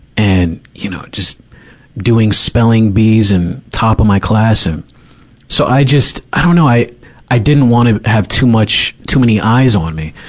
and, you know, just doing spelling bees and top of my class. and so i just, i don't know. i i didn't wanna have too much, too many eyes on me.